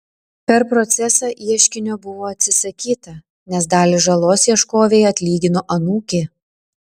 per procesą ieškinio buvo atsisakyta nes dalį žalos ieškovei atlygino anūkė